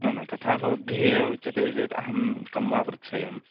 न न तथा भवद्भिः एव उच्यते चेत् अहं कं वा पृच्छेयम्